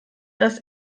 das